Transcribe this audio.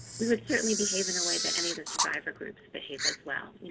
we would certainly behave in a way that any other survivor groups behave as well,